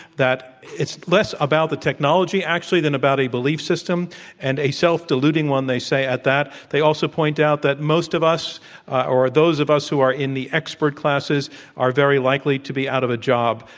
that it's less about the technology, actually, than about a belief system and a self deluding one, they say, at that. they also point out that most of us or those of us who are in the expert classes are very likely to be out of a job,